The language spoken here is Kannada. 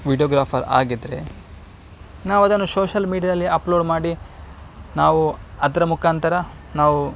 ವೀಡಿಯೋಗ್ರಾಫರ್ ಆಗಿದ್ದರೆ ನಾವದನ್ನು ಶೋಷಲ್ ಮೀಡಿಯಾದಲ್ಲಿ ಅಪ್ಲೋಡ್ ಮಾಡಿ ನಾವು ಅದರ ಮುಖಾಂತರ ನಾವು